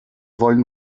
wollen